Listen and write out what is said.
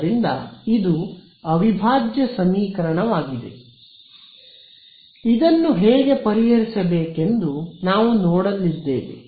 ಆದ್ದರಿಂದ ಇದು ಅವಿಭಾಜ್ಯ ಸಮೀಕರಣವಾಗಿದೆ ಇದನ್ನು ಹೇಗೆ ಪರಿಹರಿಸಬೇಕೆಂದು ನಾವು ನೋಡದಿದ್ದೇವೆ